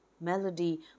Melody